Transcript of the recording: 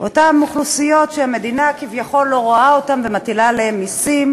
אותן אוכלוסיות שהמדינה כביכול לא רואה ומטילה עליהן מסים,